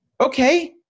Okay